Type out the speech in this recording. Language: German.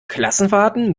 klassenfahrten